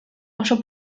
oso